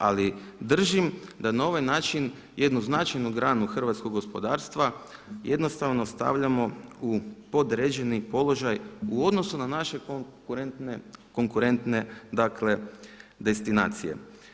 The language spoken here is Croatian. Ali držim da na ovaj način jednu značajnu granu hrvatskog gospodarstva jednostavno stavljamo u podređeni položaj u odnosu na naše konkurentne, dakle destinacije.